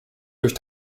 durch